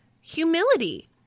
humility